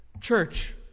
church